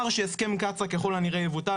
הרי הוא כבר אמר שהסכם קצא"א ככל הנראה יבוטל,